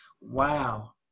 Wow